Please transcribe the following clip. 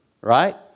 right